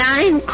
Nine